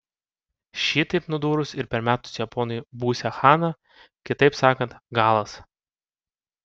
šitaip nudūrus ir permetus japonui būsią chana kitaip sakant galas